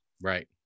Right